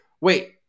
wait